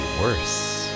worse